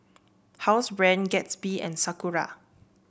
Housebrand Gatsby and Sakura